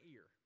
Ear